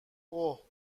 اوه